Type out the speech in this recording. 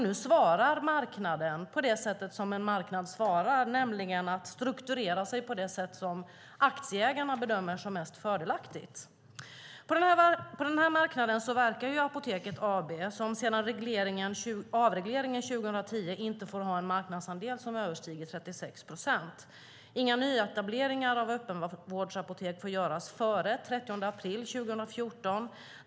Nu svarar marknaden på det sätt som en marknad svarar på, nämligen att strukturera sig på det sätt som aktieägarna bedömer som mest fördelaktigt. På den här marknaden verkar Apoteket AB, som sedan avregleringen 2010 inte får ha en marknadsandel som överstiger 36 procent. Inga nyetableringar av öppenvårdsapotek får göras före den 30 april 2014.